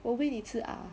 我喂你吃 ah